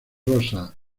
rosa